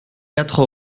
quatre